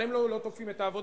אבל הם לא תוקפים את העבודה,